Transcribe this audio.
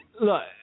look